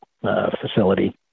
facility